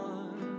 One